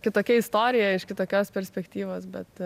kitokia istorija iš kitokios perspektyvos bet